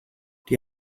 die